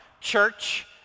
Church